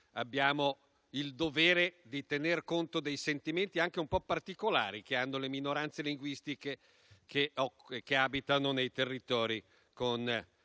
abbiamo il dovere di tener conto dei sentimenti anche un po' particolari che hanno le minoranze linguistiche che abitano nei territori con